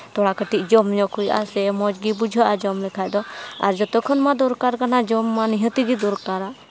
ᱛᱷᱚᱲᱟ ᱠᱟᱹᱴᱤᱡ ᱡᱚᱢ ᱧᱚᱜᱽ ᱦᱩᱭᱩᱜᱼᱟ ᱥᱮ ᱢᱚᱡᱽ ᱜᱮ ᱵᱩᱡᱷᱟᱹᱜᱼᱟ ᱡᱚᱢ ᱞᱮᱠᱷᱟᱡ ᱫᱚ ᱟᱨ ᱡᱚᱛᱚ ᱠᱷᱚᱱ ᱢᱟ ᱫᱚᱨᱠᱟᱨ ᱠᱟᱱᱟ ᱡᱚᱢ ᱢᱟ ᱱᱤᱦᱟᱹᱛ ᱜᱮ ᱫᱚᱨᱠᱟᱨᱟ